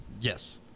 yes